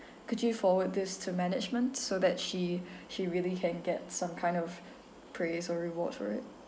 could you forward this to management so that she she really can get some kind of praise or reward for it